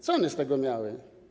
Co one z tego miały?